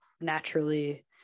naturally